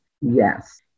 Yes